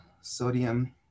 Sodium